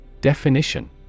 Definition